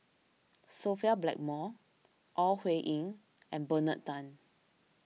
Sophia Blackmore Ore Huiying and Bernard Tan